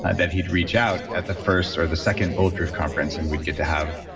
and that he'd reached out at the first or the second bulletproof conference, and we'd get to have